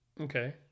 Okay